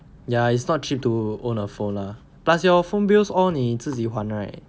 ya it's not cheap to own a phone lah plus your phone bills all 你自己还 right